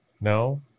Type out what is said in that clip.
No